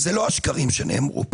וזה לא השקרים שנאמרו פה,